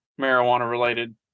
marijuana-related